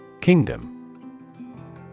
Kingdom